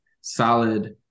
solid